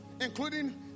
including